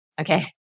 Okay